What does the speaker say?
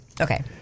Okay